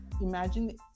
imagine